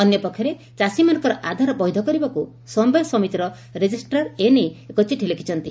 ଅନ୍ୟ ପକ୍ଷରେ ଚାଷୀମାନଙ୍କର ଆଧାର ବୈଧ କରିବାକୁ ସମବାୟ ସମିତିର ରେଜିଷ୍ଟ୍ରାର ଏ ନେଇ ଏକ ଚିଠି ଲେଖିଛନ୍ତି